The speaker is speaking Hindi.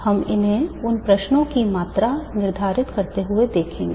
हम उन्हें इन प्रश्नों की मात्रा निर्धारित करते हुए देखेंगे